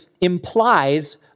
implies